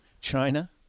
China